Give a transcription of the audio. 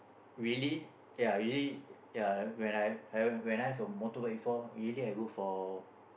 usually ya usually ya when I when I have a motorbike before usually I go for